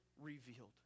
revealed